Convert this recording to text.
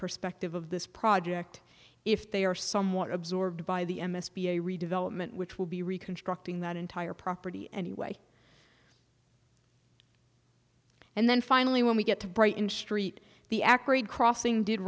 perspective of this project if they are somewhat absorbed by the m s b a redevelopment which will be reconstructing that entire property anyway and then finally when we get to brighton street the acrid crossing did